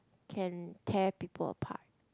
can tear people apart